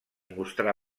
mostrà